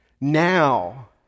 Now